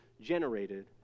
generated